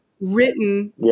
written